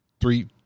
three